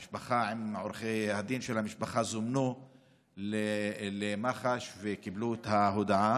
עורכי הדין של המשפחה זומנו למח"ש וקיבלו את ההודעה.